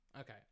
Okay